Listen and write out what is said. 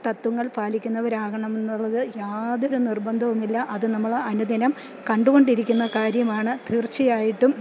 തത്ത്വങ്ങൾ പാലിക്കുന്നവരാകണം എന്നുള്ളത് യാതൊരു നിർബന്ധവുമില്ല അത് നമ്മള് അനുദിനം കണ്ടുകൊണ്ടിരിക്കുന്ന കാര്യമാണ് തീർച്ചയായിട്ടും